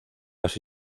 las